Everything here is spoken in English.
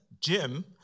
Jim